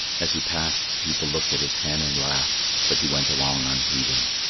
as he passed, the people looked at his hen and laughed, but he went along unheeding.